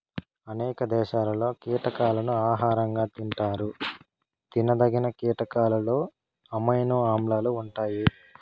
అనేక దేశాలలో కీటకాలను ఆహారంగా తింటారు తినదగిన కీటకాలలో అమైనో ఆమ్లాలు ఉంటాయి